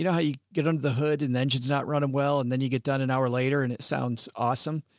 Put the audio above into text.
you know, how you get under the hood and engines not running well. and then you get done an hour later and it sounds awesome.